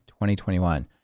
2021